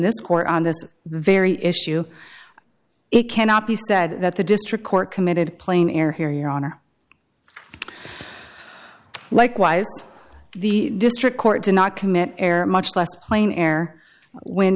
this court on this very issue it cannot be said that the district court committed plain air here your honor likewise the district court did not commit air much less plain air when